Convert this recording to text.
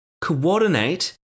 coordinate